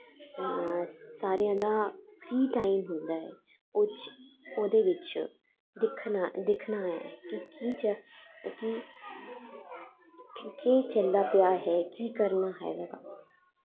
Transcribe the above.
सारेंआ दा free time होंदा ऐ ओह्दे बिच दिक्खना दिक्खना ऐ कि केह् चलदा पेआ ऐ कीऽ करना ऐ